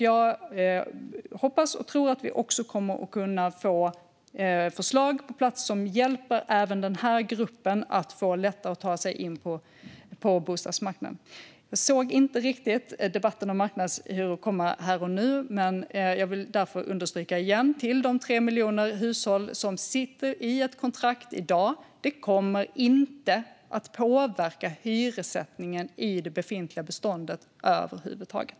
Jag hoppas och tror att vi kommer att kunna få förslag på plats som hjälper även den här gruppen så att den får lättare att ta sig in på bostadsmarknaden. Jag såg inte riktigt debatten om marknadshyror komma här och nu, men jag vill understryka igen för de 3 miljoner hushåll som sitter med ett kontrakt i dag: Förslaget kommer inte att påverka hyressättningen i det befintliga beståndet över huvud taget.